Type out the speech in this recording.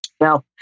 Now